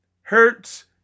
hurts